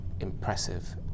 impressive